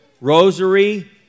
rosary